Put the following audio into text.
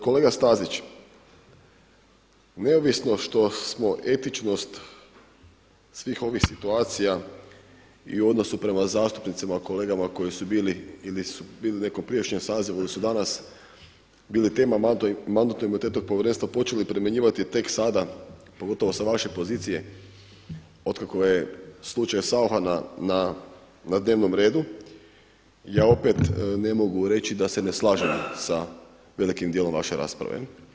Kolega Stazić, neovisno što smo etičnost svih ovih situacija i u odnosu prema zastupnicima kolegama koji su bili ili su bili u nekom prijašnjem sazivu ili su danas bili tema Mandatno-imunitetnog povjerenstva počeli primjenjivati tek sada pogotovo sa vaše pozicije od kako je slučaj SAucha na dnevnom redu, ja opet ne mogu reći da se ne slažem se velikim dijelom vaše rasprave.